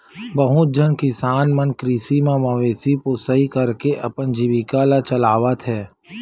बहुत झन किसान मन कृषि म मवेशी पोसई करके अपन जीविका ल चलावत हे